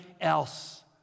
else